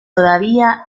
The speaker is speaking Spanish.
todavía